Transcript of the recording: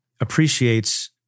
appreciates